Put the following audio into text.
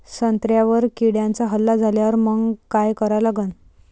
संत्र्यावर किड्यांचा हल्ला झाल्यावर मंग काय करा लागन?